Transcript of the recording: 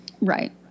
right